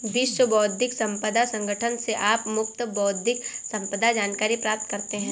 विश्व बौद्धिक संपदा संगठन से आप मुफ्त बौद्धिक संपदा जानकारी प्राप्त करते हैं